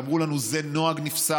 ואמרו לנו: זה נוהג נפסד.